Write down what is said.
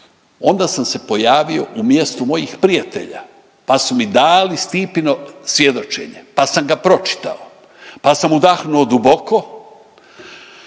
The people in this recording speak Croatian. onda sam se pojavio u mjestu mojih prijatelja, pa su mi dali Stipino svjedočenje, pa sam ga pročitao. Pa sam udahnuo duboko.